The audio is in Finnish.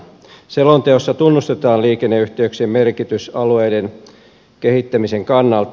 selonteossa tunnustetaan liikenneyhteyksien merkitys alueiden kehittämisen kannalta